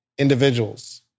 Individuals